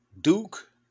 Duke